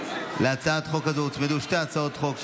להצעת החוק הזו הוצמדו שתי הצעות חוק,